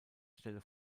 stelle